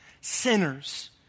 Sinners